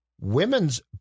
women's